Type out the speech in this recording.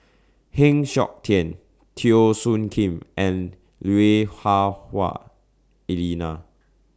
Heng Siok Tian Teo Soon Kim and Wah Hah Hua Elena